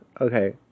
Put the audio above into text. okay